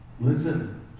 Listen